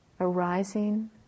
arising